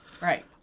Right